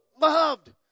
loved